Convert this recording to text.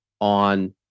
on